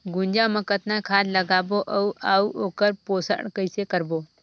गुनजा मा कतना खाद लगाबो अउ आऊ ओकर पोषण कइसे करबो?